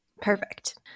Perfect